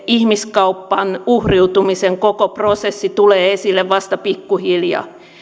ihmiskaupan uhriutumisen koko prosessi tulee esille vasta pikkuhiljaa